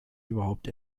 überhaupt